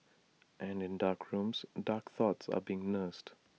and in dark rooms dark thoughts are being nursed